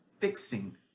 fixing